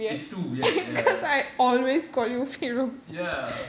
it's too weird ya ya